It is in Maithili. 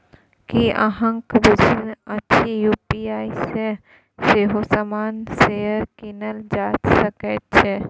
की अहाँक बुझल अछि यू.पी.आई सँ सेहो सामान्य शेयर कीनल जा सकैत छै?